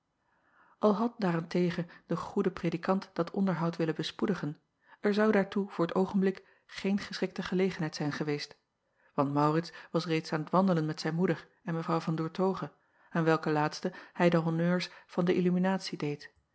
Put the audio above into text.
l had daar-en-tegen de goede predikant dat onderhoud willen bespoedigen er zou daartoe voor t oogenblik geen geschikte gelegenheid zijn geweest want aurits was reeds aan t wandelen met zijn moeder en evrouw an oertoghe aan welke laatste hij de honneurs van de illuminatie deed